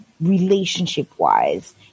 relationship-wise